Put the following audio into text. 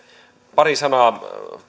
pari sanaa